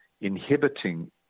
inhibiting